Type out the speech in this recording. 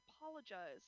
apologize